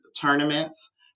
tournaments